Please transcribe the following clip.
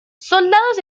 soldados